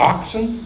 Oxen